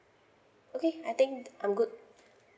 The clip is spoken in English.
okay I think I'm good